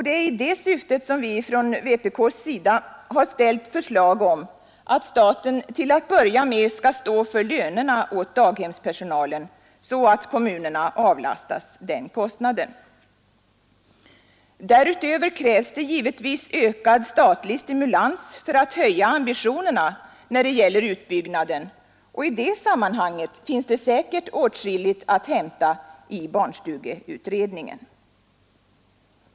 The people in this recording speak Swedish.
Det är i detta syfte som vi från vpk har ställt förslag om att staten till att börja med skall stå för lönerna åt daghemspersonalen, så att kommunerna avlastas den kostnaden. Därutöver krävs det givetvis ökad statlig stimulans för att höja ambitionerna när det gäller utbyggnaden, och i det sammanhanget finns säkerligen åtskilligt att hämta i barnstugeutredningen.